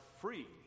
free